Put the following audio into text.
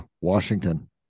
washington